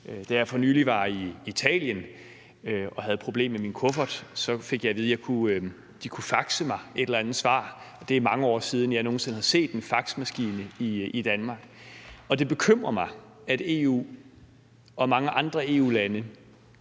Da jeg for nylig var i Italien og havde et problem med min kuffert, fik jeg at vide, at de kunne faxe mig et svar, og det er mange år siden, jeg overhovedet har set en faxmaskine i Danmark. Det bekymrer mig, at EU og mange EU-lande